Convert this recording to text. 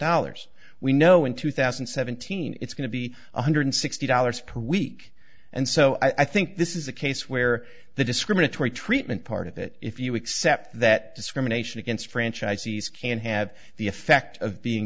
dollars we know in two thousand and seventeen it's going to be one hundred sixty dollars per week and so i think this is a case where the discriminatory treatment part of it if you accept that discrimination against franchisees can have the effect of being